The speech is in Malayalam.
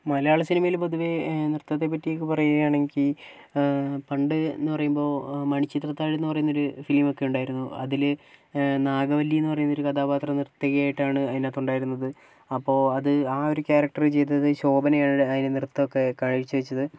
മലയാള സിനിമയിൽ പൊതുവെ ആഹ് നൃത്തത്തെപ്പറ്റി ഒക്കെ പറയുകയയാണെങ്കിൽ പണ്ട് എന്ന് പറയുമ്പോൾ മണിച്ചിത്രത്താഴ് എന്ന് പറയുന്ന ഒരു ഫിലിമൊക്കെ ഉണ്ടായിരുന്നു അതിൽ നാഗവല്ലി എന്ന് പറയുന്നൊരു കഥാപാത്രം നിർത്തകി ആയിട്ടാണ് അതിനകത്ത് ഉണ്ടായിരുന്നത് അപ്പോൾ അത് ആ ഒരു ക്യാരക്ടർ ചെയ്തത് ശോഭനയാണ് അതിൽ നൃത്തം ഒക്കെ കാഴ്ച്ച വെച്ചത്